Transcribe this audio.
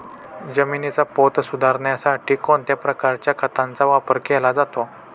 जमिनीचा पोत सुधारण्यासाठी कोणत्या प्रकारच्या खताचा वापर केला जातो?